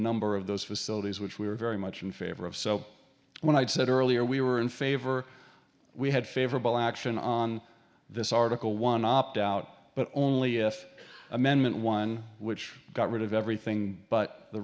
number of those facilities which we were very much in favor of so when i said earlier we were in favor we had favorable action on this article one opt out but only if amendment one which got rid of everything but the